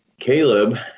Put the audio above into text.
caleb